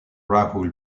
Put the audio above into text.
rahul